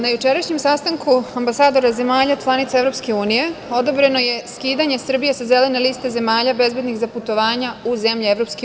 Na jučerašnjem sastanku ambasadora zemalja članica EU, odobreno je skidanje Srbije sa zelene liste zemalja bezbednih za putovanja u zemlje EU.